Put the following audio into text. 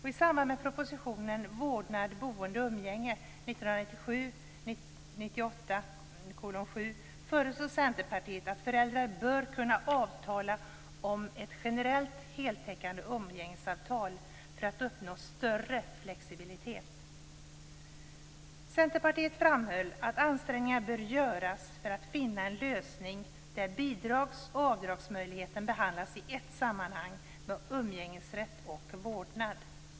I samband med propositionen Vårdnad, boende och umgänge, 1997/98:7, föreslog Centerpartiet att föräldrar bör kunna avtala om ett generellt heltäckande umgängesavtal för att uppnå större flexibilitet. Centerpartiet framhöll att ansträngningar bör göras för att finna en lösning där bidrags och avdragsmöjligheten behandlas samtidigt som umgängesrätt och vårdnad.